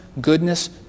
goodness